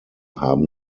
haben